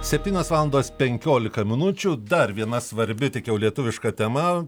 septynios valandos penkiolika minučių dar viena svarbi tik jau lietuviška tema